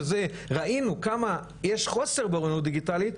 שראינו כמה יש חוסר באוריינות דיגיטלית,